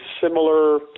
similar